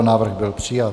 Návrh byl přijat.